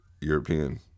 European